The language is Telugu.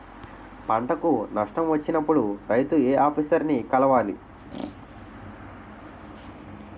పంటకు నష్టం వచ్చినప్పుడు రైతు ఏ ఆఫీసర్ ని కలవాలి?